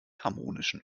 harmonischen